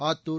Attur